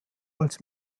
als